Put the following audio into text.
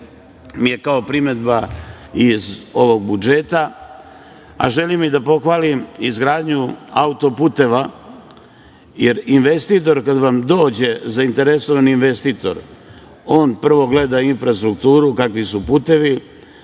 mi je kao primedba iz ovog budžeta. Želim i da pohvalim izgradnju autoputeva jer investitor kada vam dođe, zainteresovani investitor on prvo gleda infrastrukturu, kakvi su putevi,